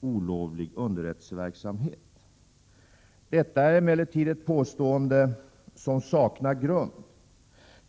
olovlig underrättelseverksamhet skulle ske. Detta är emellertid ett påstående som saknar grund.